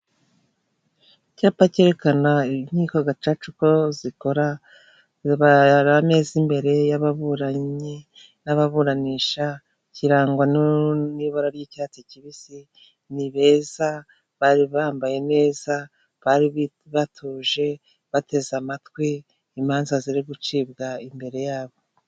Icyapa cyerekana inkiko gacaca uko zikora imbere y'ababuranyi n'ababuranisha kirangwa n'ibara ry'icyatsi kibisi nibeza bari bambaye neza bari batuje bateze amatwi imanza ziri gucibwa imbere yabo .